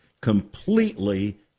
completely